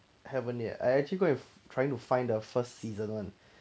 haven't yet I actually go and trying to find the first season [one]